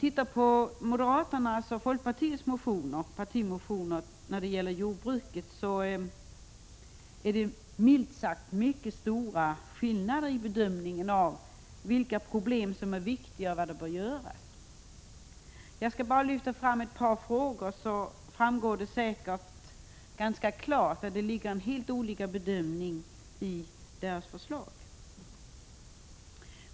I moderaternas och folkpartiets partimotioner när det gäller jordbruket är det milt sagt mycket stora skillnader i bedömningen av vilka problem som är viktiga och vad som bör göras. Jag skall bara lyfta fram ett par frågor — av dem framgår det säkert ganska klart att det ligger olika bedömningar bakom deras förslag.